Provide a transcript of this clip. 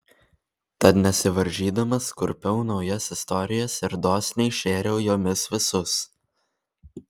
tad nesivaržydamas kurpiau naujas istorijas ir dosniai šėriau jomis visus